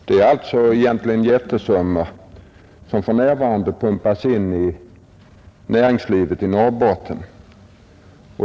Det är alltså egentligen jättesummor som för närvarande pumpas in i näringslivet i Norrbotten.